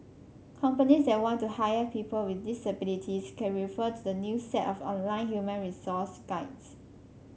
companies that want to hire people with disabilities can refer to the new set of online human resource guides